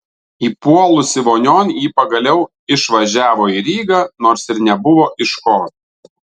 įpuolusi vonion ji pagaliau išvažiavo į rygą nors ir nebuvo iš ko